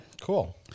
Cool